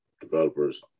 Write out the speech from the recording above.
Developers